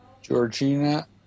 Georgina